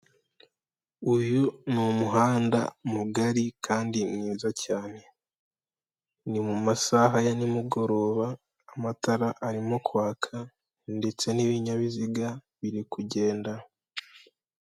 Uyu ni umuhanda mugari kandi mwiza cyane. Ni mu masaha ya nimugoroba amatara arimo kwaka ndetse n'ibinyabiziga birikugenda.